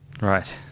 right